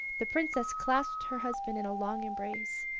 the princess clasped her husband in a long embrace.